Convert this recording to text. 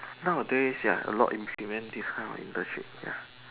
nowadays ya a lot implement this kind of internship ya